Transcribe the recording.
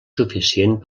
suficient